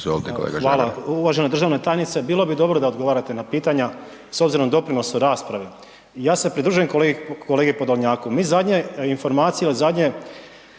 Hvala. Uvažena državna tajnice, bilo bi dobro da odgovarate na pitanja s obzirom doprinosu raspravi, ja se pridružujem kolegi Podolnjaku. Mi zadnje informacije, zadnje